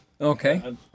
Okay